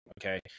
okay